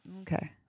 Okay